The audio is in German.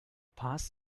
paz